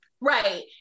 Right